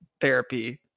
therapy